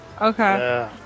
Okay